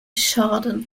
schaden